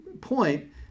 point